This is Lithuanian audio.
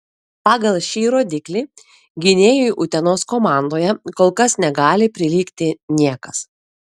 pagal šį rodiklį gynėjui utenos komandoje kol kas negali prilygti niekas